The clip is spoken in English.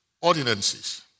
ordinances